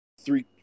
three